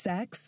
Sex